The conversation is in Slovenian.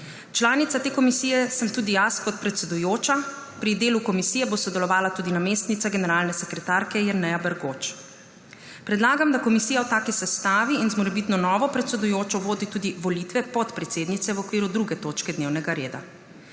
Članica te komisije sem tudi jaz kot predsedujoča. Pri delu komisije bo sodelovala tudi namestnica generalne sekretarke Jerneja Bergoč. Predlagam, da komisija v taki sestavi in z morebitno novo predsedujočo vodi tudi volitve podpredsednice v okviru 2. točke dnevnega reda.